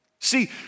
See